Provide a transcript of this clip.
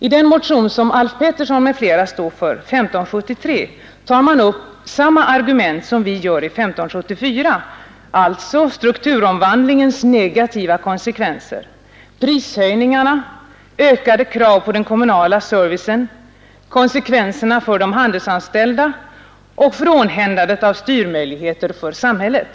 I den motion som herr Alf Pettersson i Malmö m.fl. står för, nr 1573, tar man upp samma argument som vi gör i motion nr 1574, alltså strukturomvandlingens negativa konsekvenser, prishöjningarna, ökade krav på den kommunala servicen, konsekvenserna för de handelsanställda och frånhändandet av styrmöjligheter för samhället.